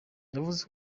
yavuze